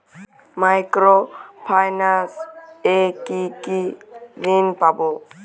Micro finance এ কি কি ঋণ পাবো?